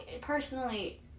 personally